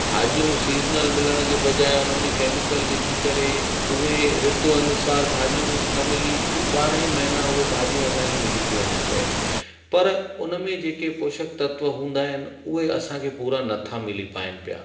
भॼियूं seasonal मिलण जे बजाए उन में केमिकल विझी करे उहे ऋतु अनुसार भाॼियूं न मिली ॿारहं ई महीना उहे भाॼियूं असांखे मिली थियूं वञनि पियूं पर उन्हनि में जेके पोशक तत्व हूंदा आहिनि उहे असांखे पूरा न था मिली पाइनि पिया